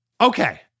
Okay